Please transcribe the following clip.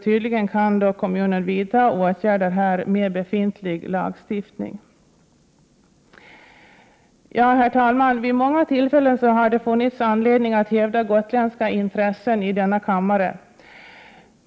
Tydligen kan kommunen vidta åtgärder här med hjälp av befintlig lagstiftning. Vid många tillfällen har det funnits anledning att i denna kammare hävda gotländska intressen.